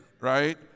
right